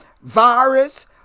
virus